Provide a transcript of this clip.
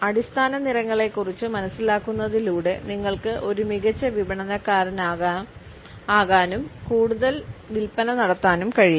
അടിസ്ഥാന നിറങ്ങളെക്കുറിച്ച് മനസിലാക്കുന്നതിലൂടെ നിങ്ങൾക്ക് ഒരു മികച്ച വിപണനക്കാരനാകാനും കൂടുതൽ വിൽപ്പന നടത്താനും കഴിയും